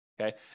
okay